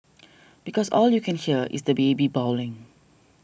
because all you can hear is the baby bawling